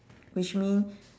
which means